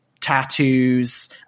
Tattoos